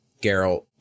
Geralt